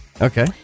Okay